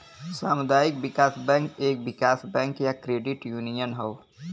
सामुदायिक विकास बैंक एक विकास बैंक या क्रेडिट यूनियन हौ